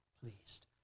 pleased